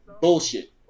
bullshit